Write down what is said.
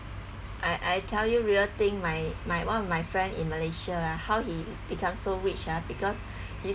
I I tell you real thing my my one of my friend in malaysia ah how he become so rich ah because he